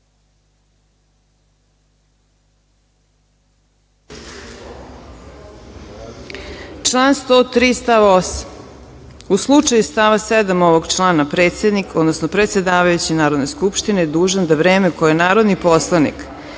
Član 103. stav 8. – u slučaju stava 7. ovog člana, predsednik, odnosno predsedavajući Narodne Skupštine, dužan je da vreme koje je narodni poslanik